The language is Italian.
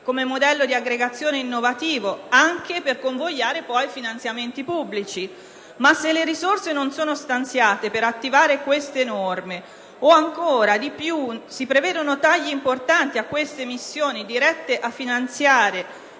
come modello di aggregazione innovativo, anche per convogliare poi i finanziamenti pubblici. Tuttavia, se non vengono stanziate risorse per attivare queste misure, o ancora di più se si prevedono tagli importanti a queste missioni dirette a finanziare